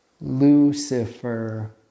lucifer